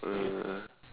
uh